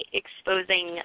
exposing